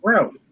growth